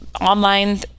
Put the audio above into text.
online